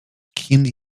keenly